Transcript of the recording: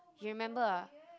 you remember ah